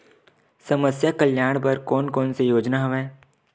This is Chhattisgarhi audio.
समस्या कल्याण बर कोन कोन से योजना हवय?